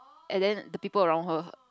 and then the people around her